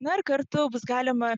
na ir kartu bus galima